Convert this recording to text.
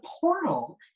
portal